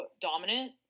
dominant